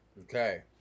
Okay